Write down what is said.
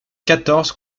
quatorze